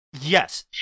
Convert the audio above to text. Yes